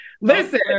Listen